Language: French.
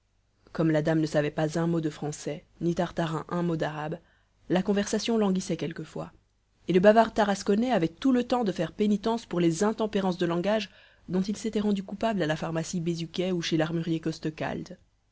comme la dame ne savait pas un mot de français ni tartarin un mot d'arabe la conversation languissait quelquefois et le bavard tarasconnais avait tout le temps de faire pénitence pour les intempérances de langage dont il s'était rendu coupable à la pharmacie bézuquet ou chez l'armurier